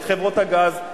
חברות הגז,